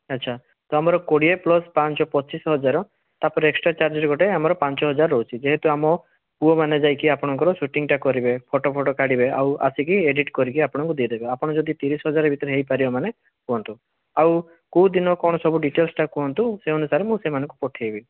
ଆଚ୍ଛା ତ ଆମର କୋଡ଼ିଏ ପ୍ଲସ୍ ପାଞ୍ଚ ପଚିଶି ହଜାର ତା'ପରେ ଏକ୍ସଟ୍ରା ଚାର୍ଜେସ୍ ଗୋଟେ ଆମର ପାଞ୍ଚ ହଜାର ରହୁଛି ଯେହେତୁ ଆମ ପୁଅମାନେ ଯାଇକି ଆପଣଙ୍କର ସୁଟିଂଟା କରିବେ ଫୋଟୋ ଫୋଟୋ କାଢ଼ିବେ ଆଉ ଆସିକି ଏଡ଼ିଟିଂ କରିକି ଆପଣଙ୍କୁ ଦେଇଦେବେ ଆପଣ ଯଦି ତିରିଶ ହଜାର ଭିତରେ ହେଇପାରିବ ମାନେ କୁହନ୍ତୁ ଆଉ କୋଉ ଦିନ କ'ଣ ସବୁ ଡ଼ିଟେଲ୍ସ୍ଟା କୁହନ୍ତୁ ସେଇ ଅନୁସାରେ ମୁଁ ସେମାନଙ୍କୁ ପଠେଇବି